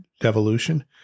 devolution